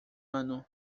ano